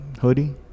hoodie